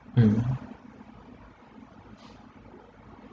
mmhmm